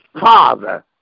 Father